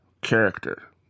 character